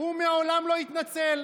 הוא מעולם לא התנצל.